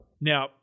Now